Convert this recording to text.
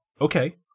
okay